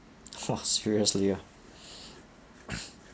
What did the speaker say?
!wah! seriously ah